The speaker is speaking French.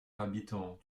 habitant